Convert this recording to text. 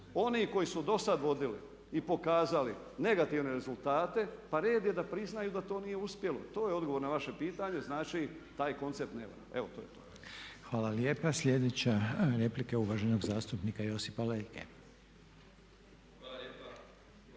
oni koji su dosad vodili i pokazali negativne rezultate pa red je da priznaju da to nije uspjelo. To je odgovor na vaše pitanje, znači taj koncept ne valja. Evo to je to. **Reiner, Željko (HDZ)** Hvala lijepa. Sljedeća replika je uvaženog zastupnika Josipa Leke. **Leko,